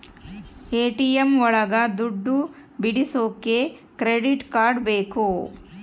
ATM ಒಳಗ ದುಡ್ಡು ಬಿಡಿಸೋಕೆ ಕ್ರೆಡಿಟ್ ಕಾರ್ಡ್ ಬೇಕು